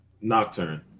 Nocturne